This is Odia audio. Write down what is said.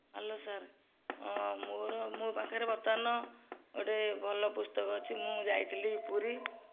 ହ୍ୟାଲୋ ସାର୍ ମୋର ମୋ ପାଖେରେ ବର୍ତ୍ତମାନ ଗୋଟେ ଭଲ ପୁସ୍ତକ ଅଛି ମୁଁ ଯାଇଥିଲି ପୁରୀ